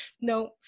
no